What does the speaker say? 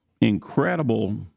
incredible